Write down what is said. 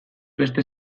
beste